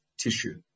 tissue